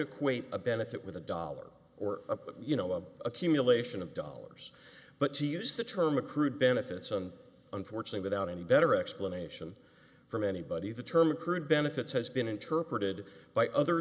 equate a benefit with a dollar or a you know a accumulation of dollars but to use the term accrued benefits and unfortunately without any better explanation from anybody the term current benefits has been interpreted by other